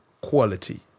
quality